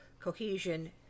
cohesion